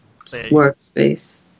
workspace